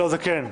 לא, היא כן.